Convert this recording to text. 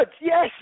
Yes